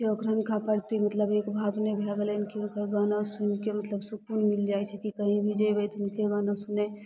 जे हुनका प्रति मतलब एक भावने भै गेलनि जे हुनकर गाना सुनिके मतलब सुकून मिलि जाइ छै कि कहीँ भी जएबै तऽ हिनके गाना सुनै